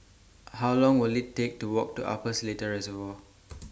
How Long Will IT Take to Walk to Upper Seletar Reservoir